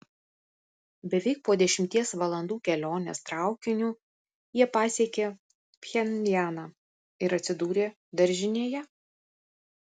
beveik po dešimties valandų kelionės traukiniu jie pasiekė pchenjaną ir atsidūrė daržinėje